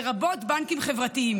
לרבות בנקים חברתיים.